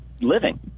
living